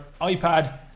ipad